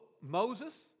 Moses